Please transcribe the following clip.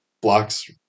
blocks